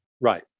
Right